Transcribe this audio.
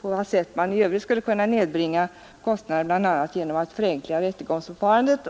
på vad sätt man i övrigt skulle kunna nedbringa kostnaderna genom att förenkla rättegångsförfarandet.